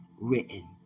written